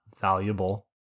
valuable